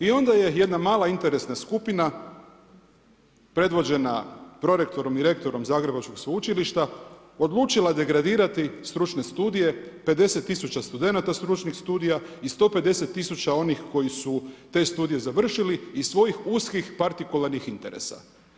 I onda je jedna mala interesna skupina predvođena prorektorom i rektorom Zagrebačkog sveučilišta odlučila degradirati stručne studije, 50 tisuća studenata stručnih studija i 150 tisuća onih koji su te studije završili iz svojih uskih partikularnih interesa.